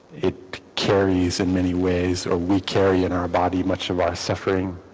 it carries in many ways or we carry in our body much of our suffering